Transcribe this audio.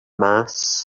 mass